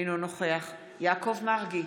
אינו נוכח יעקב מרגי,